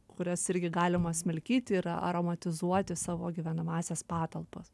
kurias irgi galima smilkyti ir aromatizuoti savo gyvenamąsias patalpas